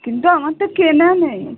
কিন্তু আমার তো কেনা নেই